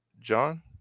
john